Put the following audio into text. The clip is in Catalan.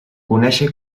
conèixer